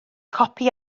copi